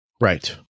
Right